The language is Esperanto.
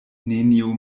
neniu